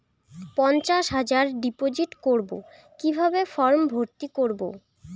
পঞ্চাশ হাজার ডিপোজিট করবো কিভাবে ফর্ম ভর্তি করবো?